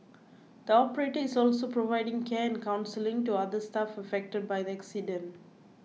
the operator is also providing care and counselling to other staff affected by the accident